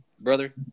Brother